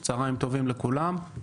צוהריים טובים לכולם.